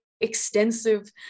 extensive